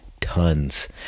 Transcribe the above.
tons